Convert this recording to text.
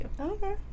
okay